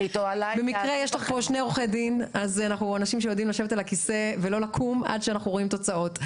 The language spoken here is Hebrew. אני מדבר על עניין המאגר ועל עניין התשאול שנותנים חיות ופרקטיקום להסדר